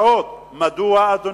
ההוצאות, מדוע, אדוני,